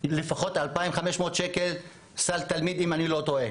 לפחות 250,000 ₪ פר תלמיד, אם אני לא טועה.